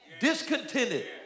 discontented